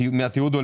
אני רוצה